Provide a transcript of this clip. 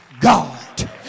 God